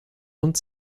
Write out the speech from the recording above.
und